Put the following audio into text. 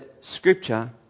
scripture